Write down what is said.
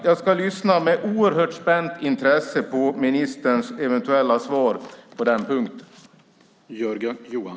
Jag ska lyssna med oerhört spänt intresse på ministerns eventuella svar på den punkten.